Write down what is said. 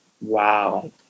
Wow